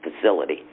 facility